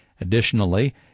Additionally